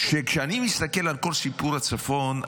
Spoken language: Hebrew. שכשאני מסתכל על כל סיפור הצפון,